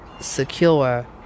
secure